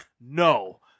No